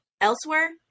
elsewhere